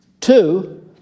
Two